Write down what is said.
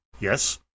Yes